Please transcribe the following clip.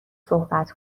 صحبت